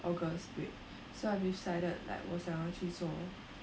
august break so I've decided like 我想要去做